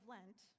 Lent